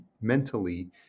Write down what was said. mentally